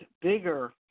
bigger